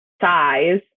size